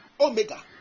Omega